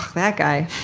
that guy.